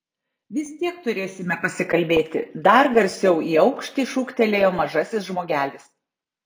vis tiek turėsime pasikalbėti dar garsiau į aukštį šūktelėjo mažasis žmogelis